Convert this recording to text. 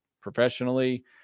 professionally